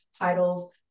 titles